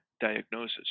diagnosis